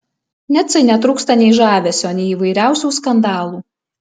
nicai netrūksta nei žavesio nei įvairiausių skandalų